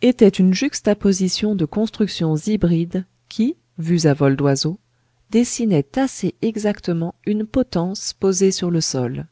était une juxtaposition de constructions hybrides qui vues à vol d'oiseau dessinaient assez exactement une potence posée sur le sol